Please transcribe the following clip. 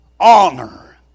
Honor